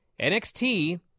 NXT